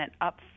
up